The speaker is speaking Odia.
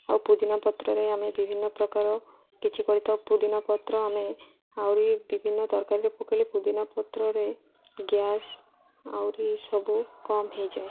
ଆଉ ପୁଦିନା ପତ୍ରରେ ଆମେ ବିଭିନ୍ନ ପ୍ରକାର କିଛି କରିଥାଉ ପୁଦିନା ପତ୍ର ଆମେ ଆହୁରି ବିଭିନ୍ନ ତରକାରୀରେ ପକାଇଲି ପୁଦିନା ପତ୍ରରେ ଗ୍ୟାସ୍ ଆହୁରି ସବୁ କମ ହେଇଯାଏ